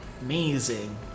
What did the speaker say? amazing